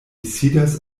sidas